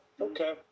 Okay